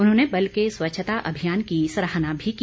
उन्होंने बल के स्वच्छता अभियान की सराहना भी की